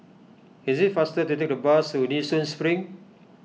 it is faster to take the bus to Nee Soon Spring